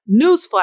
Newsflash